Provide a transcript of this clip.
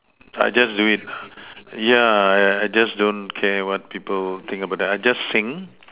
I just do it yeah I I just don't care what people think about that I just sing